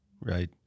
Right